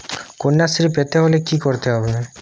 কন্যাশ্রী পেতে হলে কি করতে হবে?